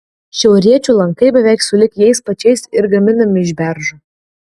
šiauriečių lankai beveik sulig jais pačiais ir gaminami iš beržo